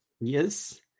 Yes